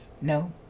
No